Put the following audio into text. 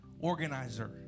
organizer